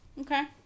okay